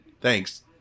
Thanks